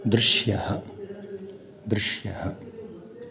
दृश्यः दृश्यः